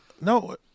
No